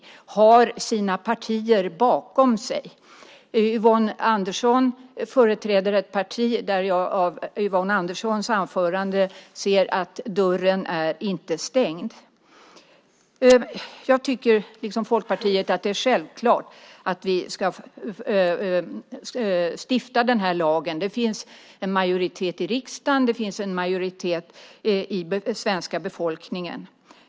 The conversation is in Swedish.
De partierna står bakom det här. Yvonne Andersson företräder ett parti där jag av Yvonne Anderssons anförande ser att dörren inte är stängd. Jag tycker liksom Folkpartiet att det är självklart att vi ska stifta den här lagen. Det finns en majoritet i riksdagen. Det finns en majoritet i svenska befolkningen.